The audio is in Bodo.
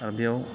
आरो बेयाव